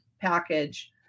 package